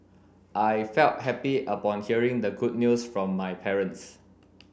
I felt happy upon hearing the good news from my parents